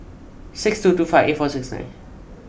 six two two five eight four six nine